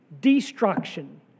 Destruction